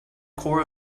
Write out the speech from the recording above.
corp